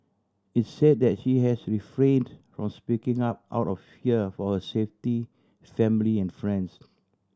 its said that she has refrained from speaking up out of fear for her safety family and friends